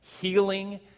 healing